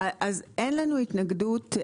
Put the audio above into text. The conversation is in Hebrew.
אז אין לנו התנגדות,